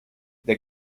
the